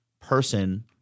person